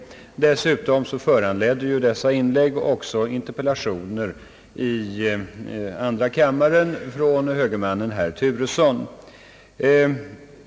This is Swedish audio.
Dessutom föranledde ju dessa inlägg interpellationer i andra kammaren av högermannen herr Turesson.